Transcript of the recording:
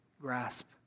grasp